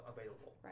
available